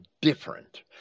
different